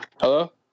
Hello